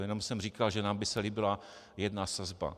Jenom jsem říkal, že nám by se líbila jedna sazba.